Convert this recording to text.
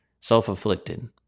Self-afflicted